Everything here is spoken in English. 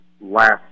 last